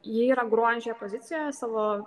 ji yra grojančioje pozicijoje savo